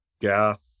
gas